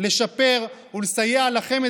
לשפר ולסייע לכם,